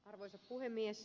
arvoisa puhemies